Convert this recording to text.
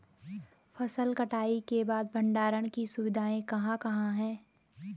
फसल कटाई के बाद भंडारण की सुविधाएं कहाँ कहाँ हैं?